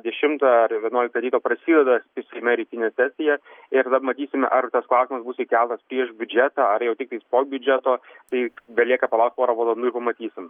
dešimtą ar vienuoliktą ryto prasideda seime rytinė sesija ir tada matysime ar tas klausimas bus įkeltas prieš biudžetą ar jau tiktais po biudžeto tai belieka palaukti porą valandų ir pamatysim